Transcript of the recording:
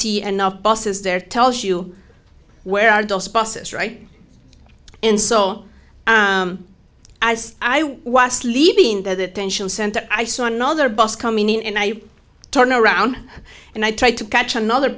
see enough buses there tells you where are those buses right and so as i was leaving that tension center i saw another bus coming in and i turn around and i tried to catch another